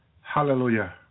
Hallelujah